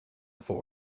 looking